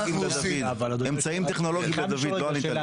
אמצעים טכנולוגיים לדוד לא עניתם.